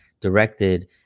directed